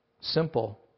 Simple